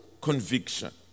conviction